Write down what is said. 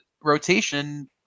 rotation